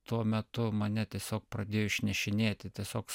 tuo metu mane tiesiog pradėjo išnešinėti tiesiog